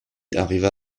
arriva